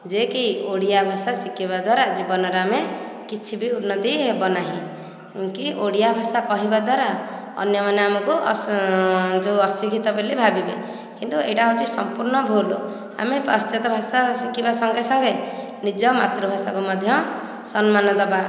ଯେ କି ଓଡ଼ିଆ ଭାଷା ଶିଖିବା ଦ୍ୱାରା ଜୀବନରେ ଆମେ କିଛି ବି ଉନ୍ନତି ହେବ ନାହିଁ କି ଓଡ଼ିଆ ଭାଷା କହିବାଦ୍ୱାରା ଅନ୍ୟମାନେ ଆମକୁ ଯେଉଁ ଅଶିକ୍ଷିତ ବୋଲି ଭାବିବେ କିନ୍ତୁ ଏହିଟା ହେଉଛି ସମ୍ପୂର୍ଣ୍ଣ ଭୁଲ୍ ଆମେ ପାଶ୍ଚାତ୍ୟ ଭାଷା ଶିଖିବା ସଙ୍ଗେ ସଙ୍ଗେ ନିଜ ମାତୃଭାଷାକୁ ମଧ୍ୟ ସମ୍ମାନ ଦେବା